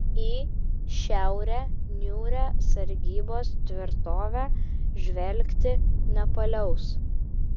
į šiaurę niūrią sargybos tvirtovė žvelgti nepaliaus